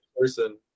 person